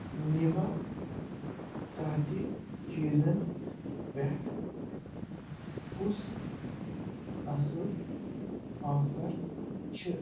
نِبا تحتہِ چیٖزن پٮ۪ٹھ کُس اَصٕل آفر چھِ